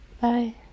Bye